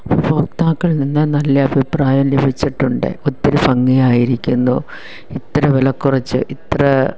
ഉപഭോക്താക്കളിൽ നിന്നു നല്ല അഭിപ്രായം ലഭിച്ചിട്ടുണ്ട് ഒത്തിരി ഭംഗി ആയിരിക്കുന്നു ഇത്ര വില കുറച്ച് ഇത്ര